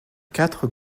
quatre